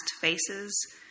faces